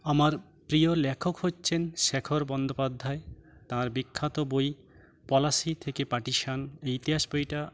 আমার প্রিয় লেখক হচ্ছেন শেখর বন্দ্যোপাধ্যায় তার বিখ্যাত বই পলাশী থেকে পার্টিশান এই ইতিহাস বইটা